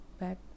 back